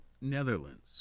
Netherlands